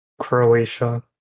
Croatia